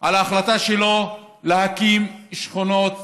על ההחלטה שלו להקים שכונות